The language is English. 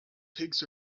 takes